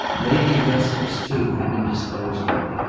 lady augustus, too, had been disposed of,